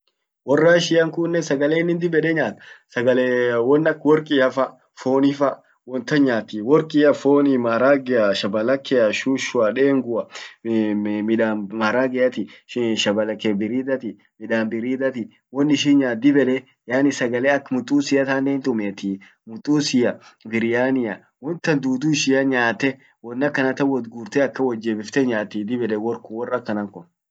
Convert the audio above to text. Wor Russia kunnen sagale innin dib ede nyaat sagale won ak workiafa, fonifa, won tan nyaati, workia, foni maragea, shabalakea, shushua, dengua, midan marageati, shabalake biridhati ,won ishin nyaat dib ede nyaani sagale ak mutusia tannen hintumieti mutusia, biryania, won tan dudu ishia nyaate won akanatan wot gurte akan wotjebifte nyaati dib ede wor kun wor akanan kun.